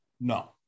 No